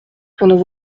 pendant